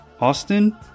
Austin